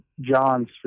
John's